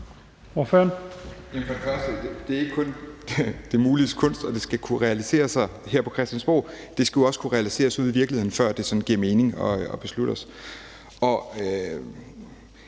først og fremmest er det ikke kun det muliges kunst, som skal kunne realiseres her på Christiansborg. Det skal jo også kunne realiseres ude i virkeligheden, før det sådan giver mening at beslutte os. Jeg